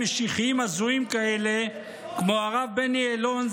סיעה עם משיחיים הזויים כאלה כמו הרב בני אלון,